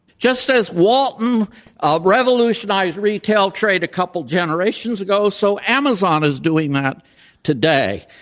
just as walton ah revolutionized retail trade a couple generations ago, so amazon is doing that today.